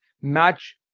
match